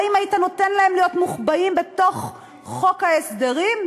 האם היית נותן להם להיות מוחבאים בתוך חוק ההסדרים?